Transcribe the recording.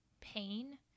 pain